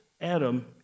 Adam